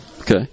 Okay